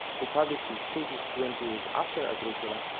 who published his treatise twenty years after agricola,